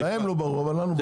להם לא ברור, אבל לנו ברור.